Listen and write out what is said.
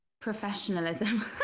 professionalism